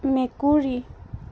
মেকুৰী